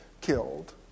killed